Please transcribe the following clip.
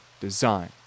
design